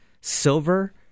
silver